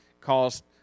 caused